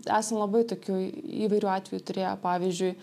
esam labai tokių įvairių atvejų turėję pavyzdžiui